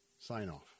sign-off